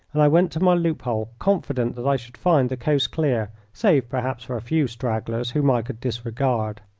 and i went to my loophole confident that i should find the coast clear, save, perhaps, for a few stragglers, whom i could disregard.